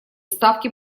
ставки